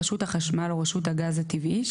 רשות החשמל או רשות הגז הטבעי,